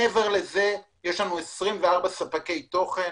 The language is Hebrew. מעבר לזה יש 24 ספקי תוכן.